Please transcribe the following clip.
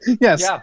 Yes